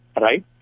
right